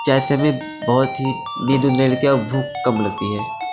चाय से हमें बहुत ही नींद ऊंद नहीं लगती है और भूख कम लगती है